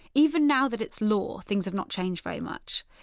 even now that it's law things have not changed very much.